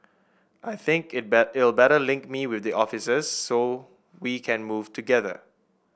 I think it it'll better link me with the officers so we can move together